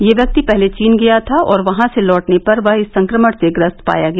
यह व्यक्ति पहले चीन गया था और वहां से लौटने पर वह इस संक्रमण से ग्रस्त पाया गया